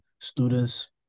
students